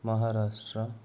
Maharashtra